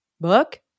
book